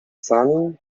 son